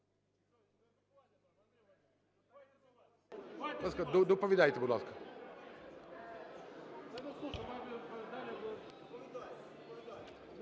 Доповідайте, будь ласка.